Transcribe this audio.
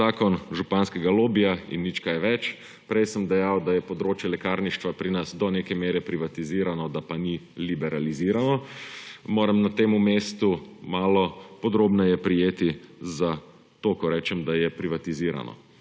zakon županskega lobija in nič kaj več. Prej sem dejal, da je področje lekarništva pri nas do neke mere privatizirano, da pa ni liberalizirano. Moram na tem mestu malo podrobneje prijeti za to, ko rečem, da je privatizirano.